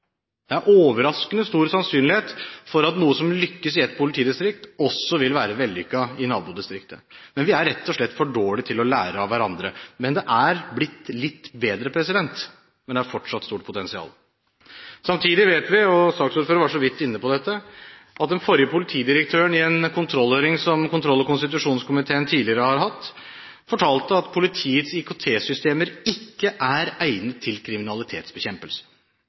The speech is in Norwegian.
Det er overraskende stor sannsynlighet for at noe som man lykkes med i ett politidistrikt, også vil være vellykket i nabodistriktet. Vi er rett og slett for dårlig til å lære av hverandre. Det er blitt litt bedre, men det er fortsatt stort potensial. Samtidig vet vi – og saksordføreren var så vidt inne på dette – at den forrige politidirektøren i en kontrollhøring med kontroll- og konstitusjonskomiteen fortalte at politiets IKT-systemer ikke er egnet til kriminalitetsbekjempelse.